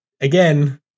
again